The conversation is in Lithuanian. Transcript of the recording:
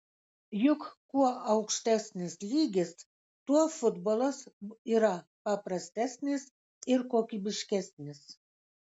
juk kuo aukštesnis lygis tuo futbolas yra paprastesnis ir kokybiškesnis